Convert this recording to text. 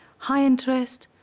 high interest,